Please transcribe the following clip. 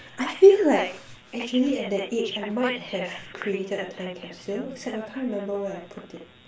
I feel like actually at that age I might have created a time capsule except I can't remember where I put it